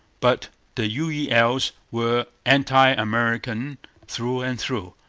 but the u e l s were anti-american through and through,